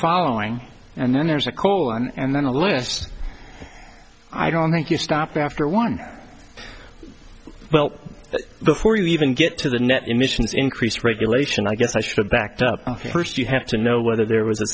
following and then there's a call and then a list i don't think you stop after one well before you even get to the net emissions increased regulation i guess i should have backed up first you have to know whether there was a